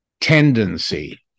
tendency